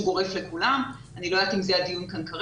גורף לכולם אבל אני לא יודעת אם זה הדיון כרגע.